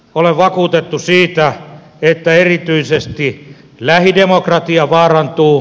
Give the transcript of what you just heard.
olen vakuutettu siitä että erityisesti lähidemokratia vaarantuu